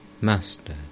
Master